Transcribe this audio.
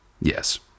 Yes